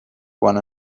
one